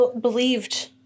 believed